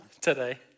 Today